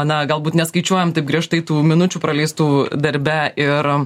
na galbūt neskaičiuojam taip griežtai tų minučių praleistų darbe ir